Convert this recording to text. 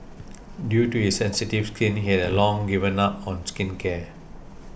due to his sensitive skin he had long given up on skincare